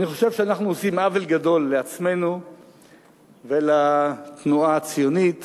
אני חושב שאנחנו עושים עוול גדול לעצמנו ולתנועה הציונית